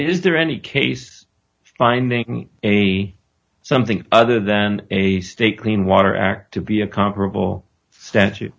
is there any case finding any something other than a stay clean water act to be a comparable statu